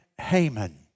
Haman